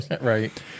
Right